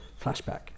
flashback